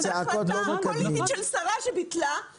זאת החלטה פוליטית של שרה שביטלה,